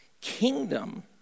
kingdom